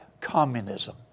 communism